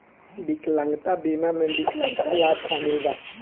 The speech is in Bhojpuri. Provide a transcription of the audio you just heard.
विकलांगता बीमा में विकलांगता लाभ शामिल बा